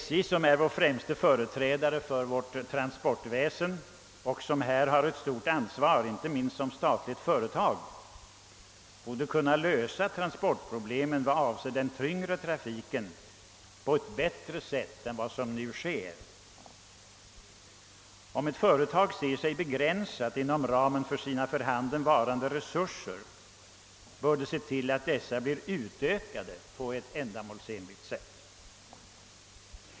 SJ, som är vår främsta företrädare för transportväsendet och som har ett stort ansvar inte minst som statligt företag, borde kunna lösa transportproblemen med den tyngre trafiken bättre än nu. Om ett företag anser sina möjligheter begränsade genom förhandenvarande resurser bör det se till att dessa ökas på ett ändamålsenligt sätt.